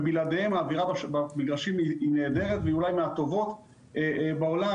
ובלעדיהם האווירה במגרשים היא נהדרת והיא אולי מהטובות בעולם,